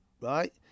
right